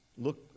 look